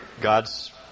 God's